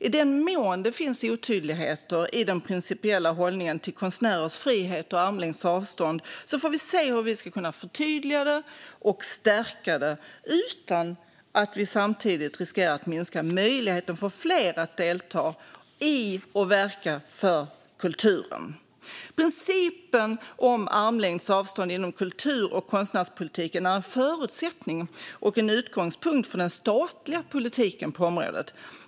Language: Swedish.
I den mån det där finns otydligheter i den principiella hållningen till konstnärers frihet och armlängds avstånd får vi se hur vi kan förtydliga och stärka det, utan att vi samtidigt riskerar att minska möjligheten för fler att delta i och verka inom kulturen. Principen om armlängds avstånd inom kultur och konstnärspolitiken är en förutsättning och utgångspunkt för den statliga politiken på området.